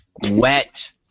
Wet